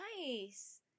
nice